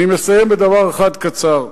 אני מסיים בדבר אחד קצר.